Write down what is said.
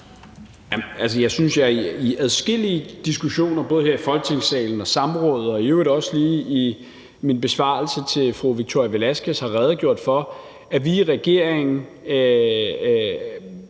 Jeg synes, jeg i adskillige diskussioner både her i Folketingssalen og ved samråd og i øvrigt også lige i min besvarelse til fru Victoria Velasquez har redegjort for, at vi i regeringen